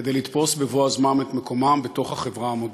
כדי לתפוס בבוא הזמן את מקומם בתוך החברה המודרנית.